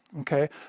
okay